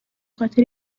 خاطر